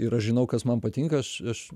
ir aš žinau kas man patinka aš aš